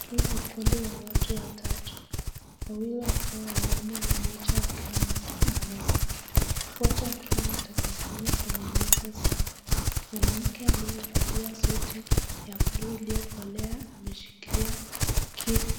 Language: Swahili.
Hii ni kundi ya watu watatu. Wawili wakiwa wanaume na mmoja akiwa mwanamke. Wote wakiwa na tabasamu kwenye nyuso zao. Mwanamke aliyevalia suti za blue iliokolea ameshikilia